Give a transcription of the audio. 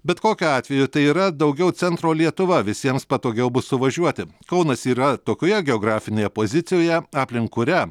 bet kokiu atveju tai yra daugiau centro lietuva visiems patogiau bus suvažiuoti kaunas yra tokioje geografinėje pozicijoje aplink kurią